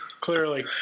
Clearly